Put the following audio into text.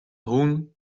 hûnen